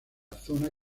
zona